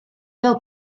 fel